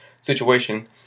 situation